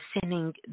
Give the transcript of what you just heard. sending